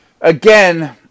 again